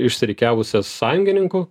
išsirikiavusią sąjungininkų